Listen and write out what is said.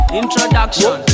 introduction